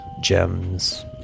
gems